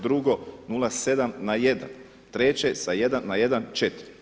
Drugo 0,7 na 1, treće sa 1 na 1,4.